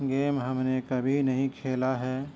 game ہم نے کبھی نہیں کھیلا ہے